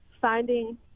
finding